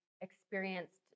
experienced